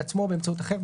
בעצמו או באמצעות אחר,